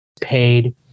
paid